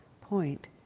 point